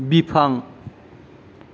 बिफां